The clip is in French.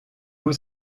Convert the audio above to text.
vous